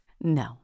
no